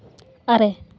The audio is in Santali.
ᱟᱨᱮ